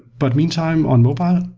but meantime, on mobile,